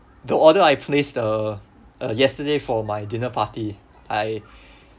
the order I placed the uh yesterday for my dinner party I